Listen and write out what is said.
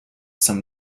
some